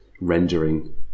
rendering